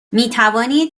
مینوانید